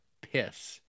piss